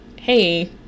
hey